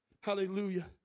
Hallelujah